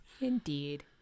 Indeed